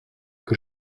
que